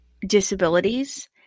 disabilities